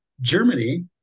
Germany